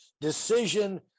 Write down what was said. decision